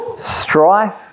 Strife